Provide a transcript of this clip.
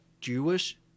Jewish